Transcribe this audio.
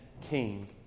king